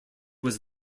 was